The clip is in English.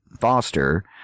Foster